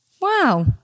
Wow